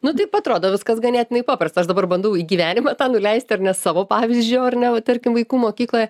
nu taip atrodo viskas ganėtinai paprasta aš dabar bandau į gyvenimą tą nuleisti ar ne savo pavyzdžiu ar ne tarkim vaikų mokykloje